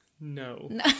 No